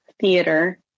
theater